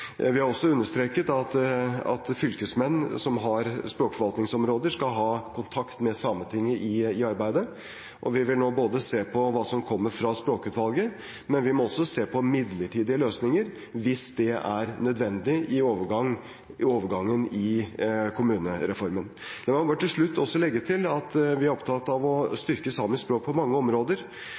Vi har også understreket at fylkesmenn som har språkforvaltningsområder, skal ha kontakt med Sametinget i arbeidet, og vi vil nå se både på hva som kommer fra Språkutvalget, og også på midlertidige løsninger, hvis det er nødvendig i overgangen i kommunereformen. La meg bare til slutt også legge til at vi er opptatt av å styrke samisk språk på mange områder.